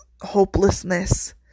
hopelessness